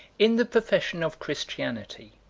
in the profession of christianity,